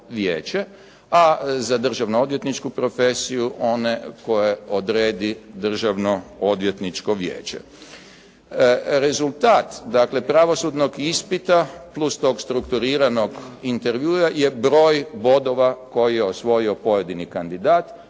a za državno odvjetničku profesiju one koje odredi Državno odvjetničko vijeće. Rezultat, dakle pravosudnog ispita plus tog strukturiranog intervjua je broj bodova koji je osvojio pojedini kandidat